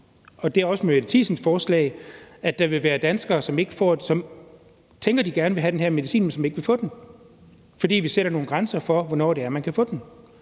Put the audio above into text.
og det er også Mette Thiesens forslag, at der vil være danskere, som tænker, at de gerne vil have den her medicin, men som ikke vil få den, fordi vi sætter nogle grænser for, hvornår man kan få den,